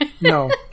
No